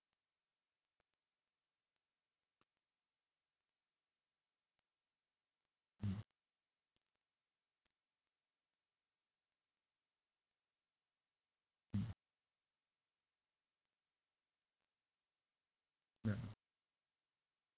mm mm ya